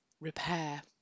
repair